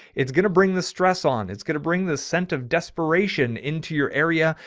it's going to bring the stress on. it's going to bring the sense of desperation into your area.